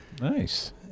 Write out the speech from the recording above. nice